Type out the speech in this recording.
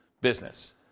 business